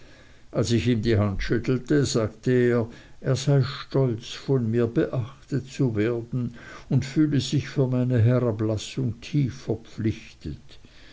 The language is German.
als ich ihm die hand schüttelte sagte er er sei stolz von mir beachtet zu werden und fühle sich für meine herablassung tief verpflichtet